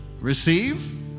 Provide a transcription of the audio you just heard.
Receive